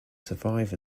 survive